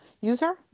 user